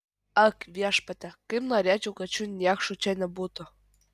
ak viešpatie kaip norėčiau kad šių niekšų čia nebūtų